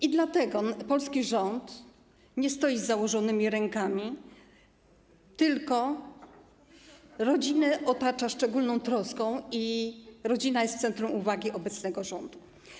I dlatego polski rząd nie stoi z założonymi rękami, tylko rodzinę otacza szczególną troską i rodzina jest w centrum uwagi obecnego rządu.